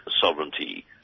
sovereignty